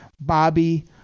Bobby